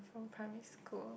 from primary school